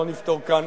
לא נפתור כאן,